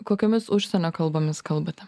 kokiomis užsienio kalbomis kalbate